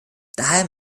daher